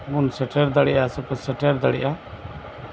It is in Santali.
ᱵᱚᱱ ᱥᱮᱴᱮᱨ ᱫᱟᱲᱮᱭᱟᱜ ᱥᱮᱯᱮ ᱥᱮᱴᱮᱨ ᱫᱟᱲᱮᱭᱟᱜᱼᱟ